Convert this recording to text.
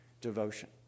devotion